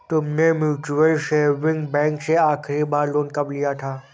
तुमने mutual saving bank से आखरी बार लोन कब लिया था?